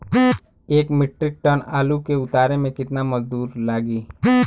एक metric ton आलू के उतारे मे कितना मजदूर लागि?